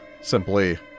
simply